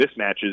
mismatches